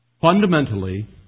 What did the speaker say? Fundamentally